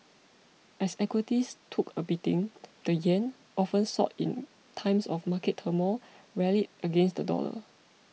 as equities took a beating the yen often sought in times of market turmoil rallied against the dollar